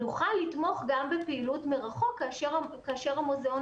נוכל לתמוך גם בפעילות מרחוק כאשר המוזיאון